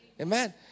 Amen